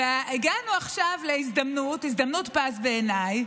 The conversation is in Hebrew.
הגענו עכשיו להזדמנות, הזדמנות פז, בעיניי,